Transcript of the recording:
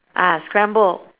ah scrambled